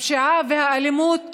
הפשיעה והאלימות